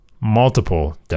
multiple